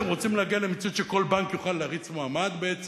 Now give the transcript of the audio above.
אתם רוצים להגיע למציאות שכל בנק יוכל להריץ מועמד בעצם?